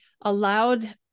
allowed